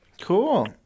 Cool